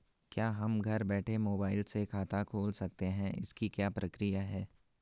क्या हम घर बैठे मोबाइल से खाता खोल सकते हैं इसकी क्या प्रक्रिया है?